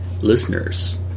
Listeners